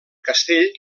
castell